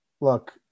look